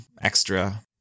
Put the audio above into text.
extra